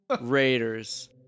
Raiders